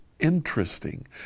interesting